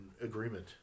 agreement